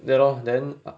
that lor then